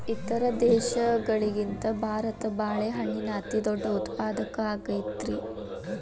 ಇತರ ದೇಶಗಳಿಗಿಂತ ಭಾರತ ಬಾಳೆಹಣ್ಣಿನ ಅತಿದೊಡ್ಡ ಉತ್ಪಾದಕ ಆಗೈತ್ರಿ